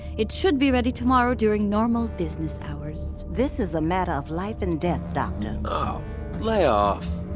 it should be ready tomorrow during normal business hours this is a matter of life and death, doctor lay off.